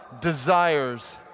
desires